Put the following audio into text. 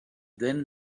then